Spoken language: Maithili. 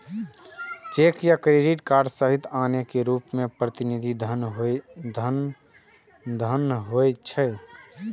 चेक आ क्रेडिट कार्ड सहित आनो रूप मे प्रतिनिधि धन होइ छै